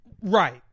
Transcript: Right